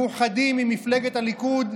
מאוחדים עם מפלגת הליכוד,